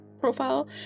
profile